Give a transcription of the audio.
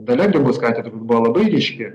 dalia grybauskaitė turbūt buvo labai ryški